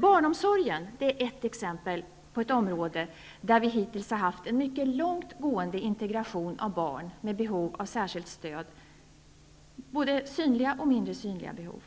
Barnomsorgen är exempel på ett område där vi hittills haft en mycket långt gående integration av barn med behov av särskilt stöd, med både synliga och mindre synliga behov.